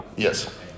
Yes